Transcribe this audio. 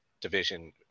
division